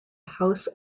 house